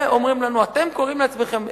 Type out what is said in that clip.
ואומרים לנו: אתם קוראים לעצמכם,